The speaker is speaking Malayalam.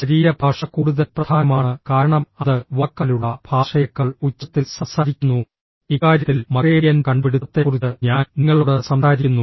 ശരീരഭാഷ കൂടുതൽ പ്രധാനമാണ് കാരണം അത് വാക്കാലുള്ള ഭാഷയേക്കാൾ ഉച്ചത്തിൽ സംസാരിക്കുന്നു ഇക്കാര്യത്തിൽ മക്റേബിയന്റെ കണ്ടുപിടുത്തത്തെക്കുറിച്ച് ഞാൻ നിങ്ങളോട് സംസാരിക്കുന്നു